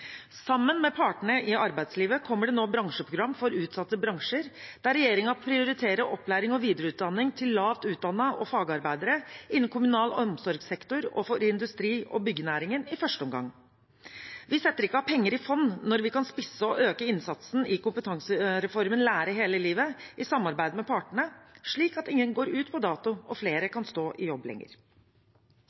Sammen med partene i arbeidslivet kommer det nå bransjeprogram for utsatte bransjer, der regjeringen prioriterer opplæring og videreutdanning til lavt utdannede og fagarbeidere innen kommunal omsorgssektor og for industri- og byggenæringen i første omgang. Vi setter ikke av penger i fond når vi kan spisse og øke innsatsen i kompetansereformen Lære hele livet i samarbeid med partene, slik at ingen går ut på dato og flere kan stå i jobb lenger.